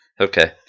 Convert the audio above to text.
Okay